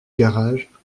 garage